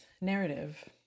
narrative